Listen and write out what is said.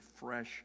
fresh